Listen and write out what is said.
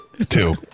Two